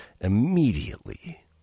immediately